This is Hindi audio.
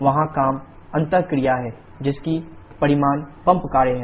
वहाँ काम अंतःक्रिया है जिसकी परिमाण पंप कार्य है